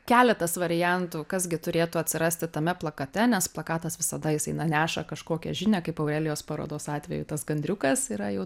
keletas variantų kas gi turėtų atsirasti tame plakate nes plakatas visada jisai na neša kažkokią žinią kaip aurelijos parodos atveju tas gandriukas yra jau